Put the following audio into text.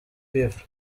fla